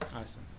Awesome